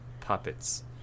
puppets